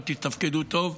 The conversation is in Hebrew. לא תתפקדו טוב,